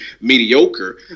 mediocre